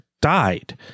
died